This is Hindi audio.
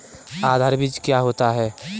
आधार बीज क्या होता है?